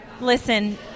Listen